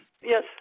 Yes